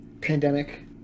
pandemic